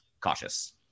cautious